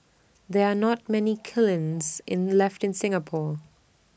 there are not many kilns in left in Singapore